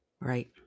Right